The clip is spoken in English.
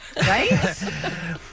right